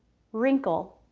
wrinkle,